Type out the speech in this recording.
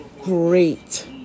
great